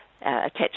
attached